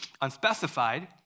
unspecified